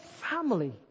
family